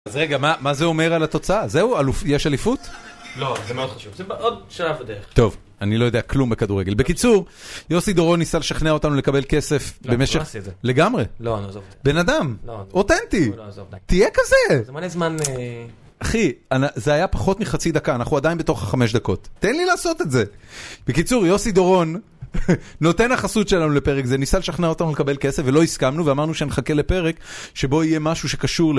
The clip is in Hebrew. אז רגע, מה זה אומר על התוצאה? זהו? יש אליפות? לא, זה מאוד חשוב. עוד שעה בדרך. טוב, אני לא יודע כלום בכדורגל. בקיצור, יוסי דורון ניסה לשכנע אותנו לקבל כסף במשך... לא, אני לא עשיתי את זה. לגמרי? לא, אני לא עזוב את זה. בן אדם! לא, אני לא עזוב את זה. אותנטי! לא, אני לא עזוב את זה. תהיה כזה! זה מלא זמן... אחי, זה היה פחות מחצי דקה, אנחנו עדיין בתוך החמש דקות. תן לי לעשות את זה! בקיצור, יוסי דורון נותן החסות שלנו לפרק זה, ניסה לשכנע אותנו לקבל כסף ולא הסכמנו ואמרנו שנחכה לפרק שבו יהיה משהו שקשור...